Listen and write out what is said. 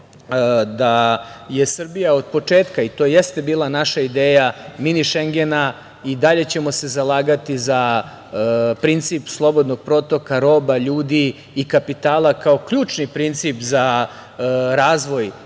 da je Srbija od početka, i to jeste bila naša ideja „mini Šengena“, i dalje ćemo se zalagati za princip slobodnog protoka roba, ljudi i kapitala, kao ključni princip za razvoj